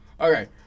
Okay